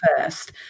first